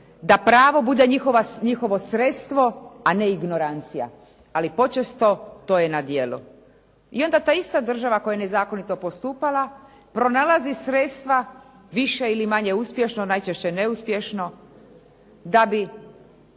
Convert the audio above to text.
da pravo bude njihovo sredstvo a ne ignorancija, ali počesto to je na djelu. I onda ta ista država koja je nezakonito postupala pronalazi sredstva više ili manje uspješno, najčešće neuspješno da bi